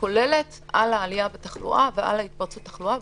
כפי שהם מפורטים היום בחוק.